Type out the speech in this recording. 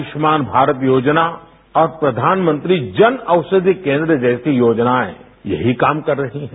आयुष्मान भारत योजना और प्रधानमंत्री जन औषधि केंद्र जैसी योजनाए यही काम कर रही हैं